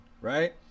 right